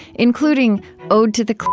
including ode to the